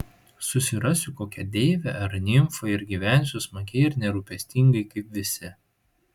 susirasiu kokią deivę ar nimfą ir gyvensiu smagiai ir nerūpestingai kaip visi